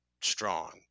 strong